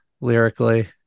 lyrically